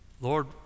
Lord